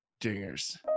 Dingers